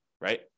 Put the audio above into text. right